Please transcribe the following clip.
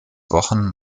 wochen